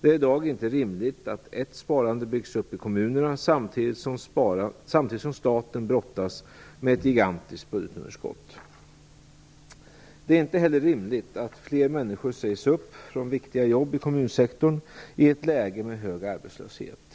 Det är i dag inte rimligt att ett sparande byggs upp i kommunerna, samtidigt som staten brottas med ett gigantiskt budgetunderskott. Det är inte heller rimligt att fler människor sägs upp från viktiga jobb i kommunsektorn i ett läge med hög arbetslöshet.